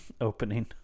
opening